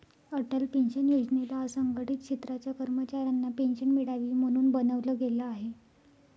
Atal pension योजनेला असंघटित क्षेत्राच्या कर्मचाऱ्यांना पेन्शन मिळावी, म्हणून बनवलं गेलं आहे